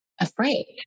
afraid